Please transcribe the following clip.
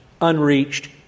unreached